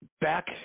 Back